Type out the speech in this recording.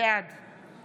בעד